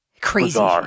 crazy